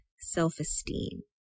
self-esteem